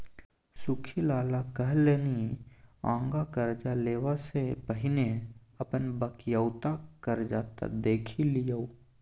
सुख्खी लाला कहलनि आँगा करजा लेबासँ पहिने अपन बकिऔता करजा त देखि लियौ